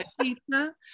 pizza